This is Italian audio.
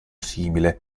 simile